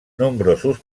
nombrosos